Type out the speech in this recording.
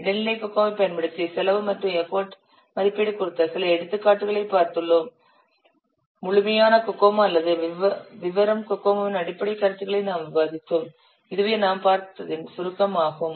இடைநிலை கோகோமோவைப் பயன்படுத்தி செலவு மற்றும் எஃபர்ட் மதிப்பீடு குறித்த சில எடுத்துக்காட்டுகளை பார்த்துள்ளோம் முழுமையான கோகோமோ அல்லது விவரம் கோகோமோவின் அடிப்படைக் கருத்துகளையும் நாம் விவாதித்தோம் இதுவே நாம் பார்த்ததின் சுருக்கமாகும்